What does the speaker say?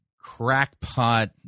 crackpot